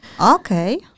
Okay